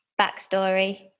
backstory